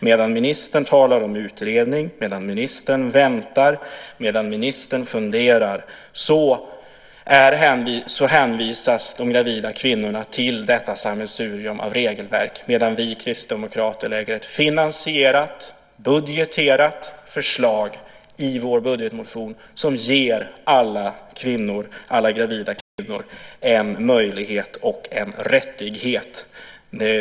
Medan ministern talar om utredning, medan ministern väntar, medan ministern funderar hänvisas de gravida kvinnorna till detta sammelsurium av regelverk. Men vi kristdemokrater lägger fram ett finansierat och budgeterat förslag i vår budgetmotion som ger alla gravida kvinnor en möjlighet och en rättighet.